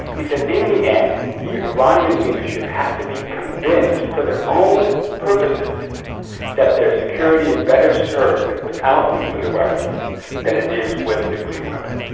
he said in the end, the iranian leadership has to be convinced for their own purposes that their security is better served without nuclear weapons than it is with nuclear weapons.